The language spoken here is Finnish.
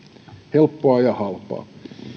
helppoa ja halpaa